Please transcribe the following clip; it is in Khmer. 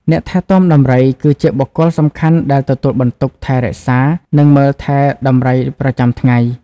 អ្នកថែទាំដំរី គឺជាបុគ្គលសំខាន់ដែលទទួលបន្ទុក ថែរក្សា និងមើលថែដំរីប្រចាំថ្ងៃ។